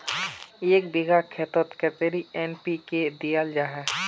एक बिगहा खेतोत कतेरी एन.पी.के दियाल जहा?